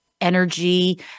energy